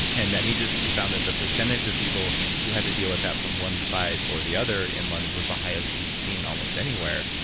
and he just found that the percentage of people who had to deal with that from one side or the other in london was the highest he'd seen almost anywhere,